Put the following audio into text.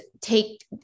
take